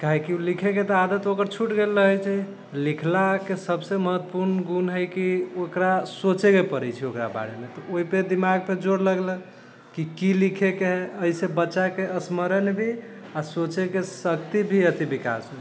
काहेकि उ लिखैके तऽ आदत ओकर छूटि गेल रहल छै लिखलाके सबसँ महत्वपूर्ण गुण है कि ओकरा सोचैके पड़ै छै ओकरा बारेमे ओइपर दिमागपर जोड़ लगैलक की लिखैके है अइसँ बच्चाके स्मरण भी आओर सोचैके शक्ति भी अति विकास होइ छै